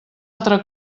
altra